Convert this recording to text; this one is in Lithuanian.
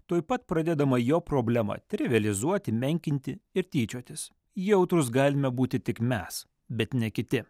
tuoj pat pradedama jo problemą trivializuoti menkinti ir tyčiotis jautrūs galime būti tik mes bet ne kiti